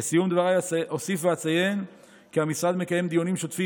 לסיום דבריי אוסיף ואציין כי המשרד מקיים דיונים שוטפים